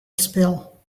spill